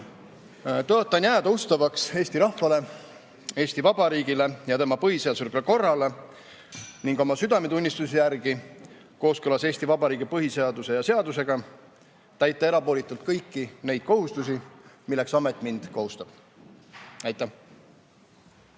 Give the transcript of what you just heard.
Tõotan jääda ustavaks Eesti rahvale, Eesti Vabariigile ja tema põhiseaduslikule korrale ning oma südametunnistuse järgi, kooskõlas Eesti Vabariigi põhiseaduse ja seadusega, täita erapooletult kõiki neid kohustusi, milleks amet mind kohustab. Aitäh!